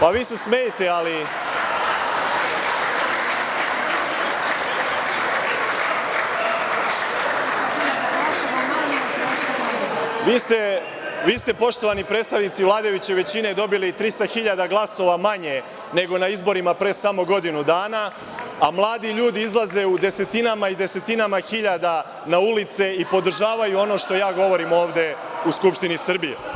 Pa vi se smejte, vi ste poštovani predstavnici vladajuće većine dobili 300.000 glasova manje nego na izborima pre samo godinu dana, a mladi ljudi izlaze u desetinama i desetinama hiljada na ulice i podržavaju ono što ja govorim ovde u Skupštini Srbije.